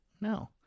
No